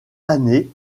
année